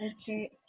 okay